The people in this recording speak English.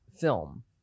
film